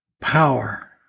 power